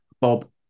Bob